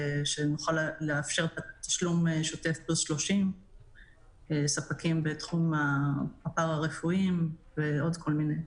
שנוכל לאפשר תשלום שוטף פלוס 30. ספקים בתחום הפארה-רפואי ועוד כל מיני.